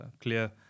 clear